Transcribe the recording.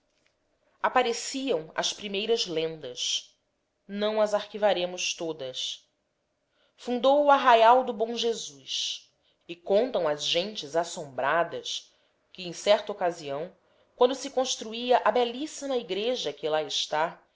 apareciam as primeiras lendas não as arquivaremos todas fundou o arraial do bom jesus e contam as gentes assombradas que em certa ocasião quando se construía a belíssima igreja que lá está